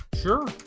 Sure